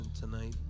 tonight